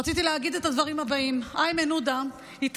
רציתי להגיד את הדברים הבאים: איימן עודה התראיין,